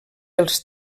els